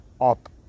up